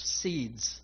seeds